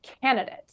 candidate